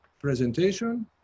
presentation